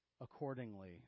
accordingly